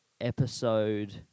episode